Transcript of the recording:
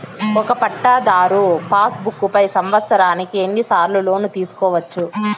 ఒక పట్టాధారు passbook పై సంవత్సరానికి ఎన్ని సార్లు లోను తీసుకోవచ్చు?